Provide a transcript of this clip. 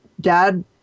dad